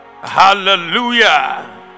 Hallelujah